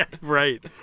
right